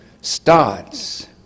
starts